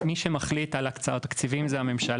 מי שמחליט על הקצאת תקציבים זו הממשלה.